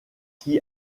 qui